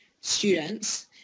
students